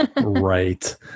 right